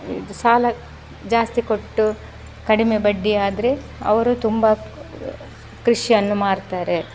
ಸಾಲ ಜಾಸ್ತಿ ಕೊಟ್ಟು ಕಡಿಮೆ ಬಡ್ಡಿ ಆದರೆ ಅವರು ತುಂಬ ಕೃಷಿಯನ್ನು ಮಾಡ್ತಾರೆ